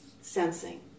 sensing